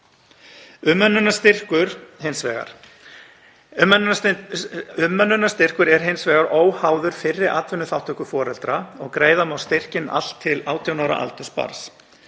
Umönnunarstyrkur er hins vegar óháður fyrri atvinnuþátttöku foreldra og greiða má styrkinn allt til 18 ára aldurs barns.